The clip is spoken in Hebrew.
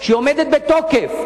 שהיא עומדת בתוקף,